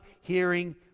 hearing